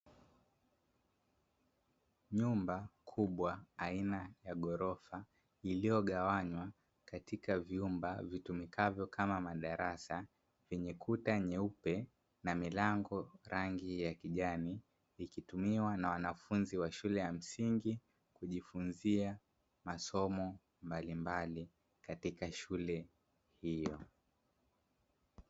Nyumba kubwa aina ya ghorofa iliyogawanywa katika vyumba vitumikavyo kama madarasa vyenye kuta nyeupe na milango rangi ya kijani, ikitumiwa na wanafunzi wa shule ya msingi kujifunzia masomo mbalimbali katika shule hiyo.